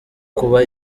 kuba